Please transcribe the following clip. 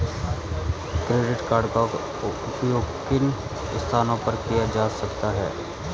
Credit card का उपयोग किन स्थानों पर किया जा सकता है?